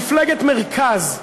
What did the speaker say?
מפלגת מרכז.